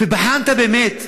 ובחנת באמת,